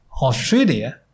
Australia